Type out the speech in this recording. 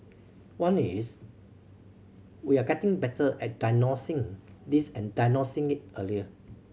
one is we are getting better at diagnosing this and diagnosing it earlier